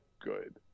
good